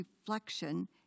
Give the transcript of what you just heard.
reflection